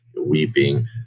weeping